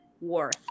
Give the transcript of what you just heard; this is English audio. worth